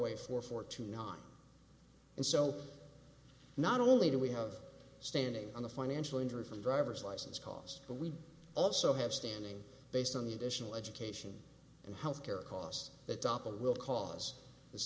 a way for fortunato and so not only do we have standing on the financial injury from driver's license cost but we also have standing based on the additional education and health care costs that doppler will cause the